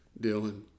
Dylan